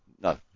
no